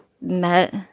met